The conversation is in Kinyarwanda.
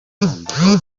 wagombaga